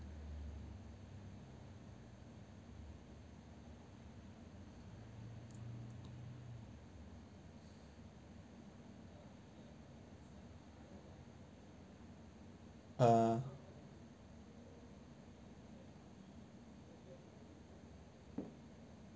uh